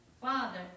Father